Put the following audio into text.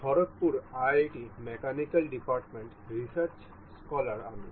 Kharagpur IIT mechanical ডিপার্টমেন্টের research scholar আমি